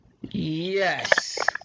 Yes